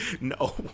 No